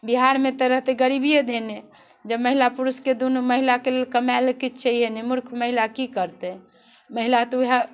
बिहारमे तऽ रहतै गरीबिए धेने जब महिला पुरुषके दुनू महिलाके लेल कमाइ लेल किछु छैहे नहि मूर्ख महिला की करतै महिला तऽ उएह